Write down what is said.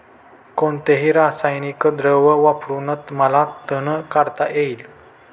कोणते रासायनिक द्रव वापरून मला तण काढता येईल?